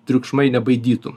triukšmai nebaidytų